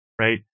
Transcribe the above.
right